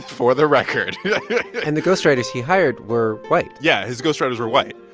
for the record yeah yeah yeah and the ghostwriters he hired were white yeah, his ghostwriters were white.